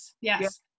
Yes